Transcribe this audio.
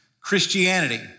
Christianity